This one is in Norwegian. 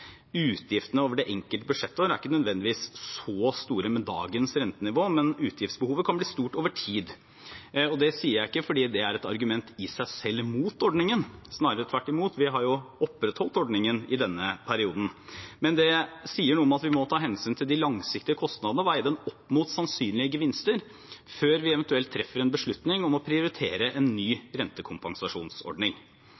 Utgiftene over det enkelte budsjettår er ikke nødvendigvis så store med dagens rentenivå, men utgiftsbehovet kan bli stort over tid. Det sier jeg ikke fordi det er et argument i seg selv mot ordningen, snarere tvert imot, vi har jo opprettholdt ordningen i denne perioden, men det sier noe om at vi må ta hensyn til de langsiktige kostnadene og veie dem opp mot sannsynlige gevinster før vi eventuelt treffer en beslutning om å prioritere en ny